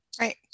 right